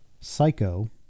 Psycho